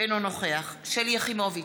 אינו נוכח שלי יחימוביץ,